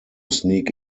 sneak